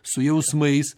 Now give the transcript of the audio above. su jausmais